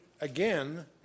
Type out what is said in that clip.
again